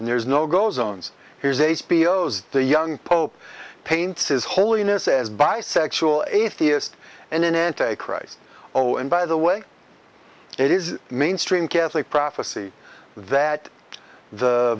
and there is no go zones here's a speedos the young pope paints his holiness as bisexual atheist and an anti christ oh and by the way it is mainstream catholic prophecy that the